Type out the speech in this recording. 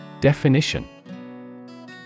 Definition